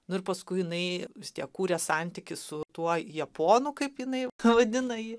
nu ir paskui jinai vis tiek kūrė santykį su tuo japonu kaip jinai vadina jį